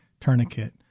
tourniquet